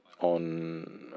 on